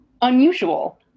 unusual